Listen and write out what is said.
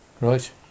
Right